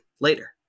later